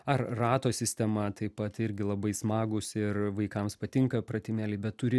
ar rato sistema taip pat irgi labai smagūs ir vaikams patinka pratimėliai bet turi